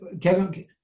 Kevin